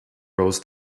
rows